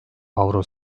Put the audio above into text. avro